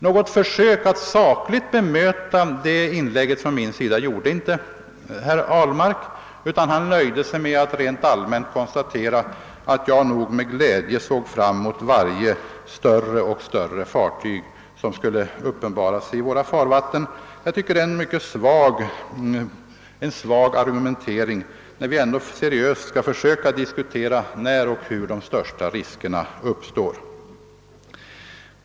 Något försök att sakligt bemöta detta inlägg från min sida gjorde inte herr Abhlmark utan han nöjde sig med att rent allmänt konstatera att jag nog med glädje såg fram mot de större och större fartyg som skulle uppenbara sig i våra farvatten. Detta är enligt min mening en mycket svag argumentering när vi ändå seriöst skall försöka diskutera när och hur de största riskerna uppstår.